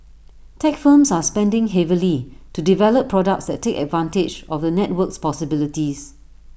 tech firms are spending heavily to develop products that take advantage of the network's possibilities